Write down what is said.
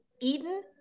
Eden